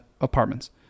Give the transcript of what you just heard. apartments